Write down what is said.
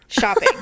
shopping